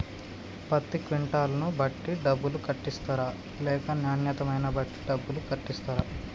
పత్తి క్వింటాల్ ను బట్టి డబ్బులు కట్టిస్తరా లేక నాణ్యతను బట్టి డబ్బులు కట్టిస్తారా?